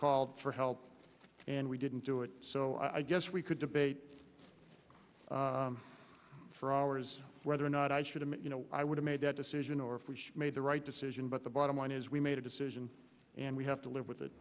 called for help and we didn't do it so i guess we could debate for hours whether or not i should have you know i would have made that decision or made the right decision but the bottom line is we made a decision and we have to live with it